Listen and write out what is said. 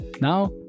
Now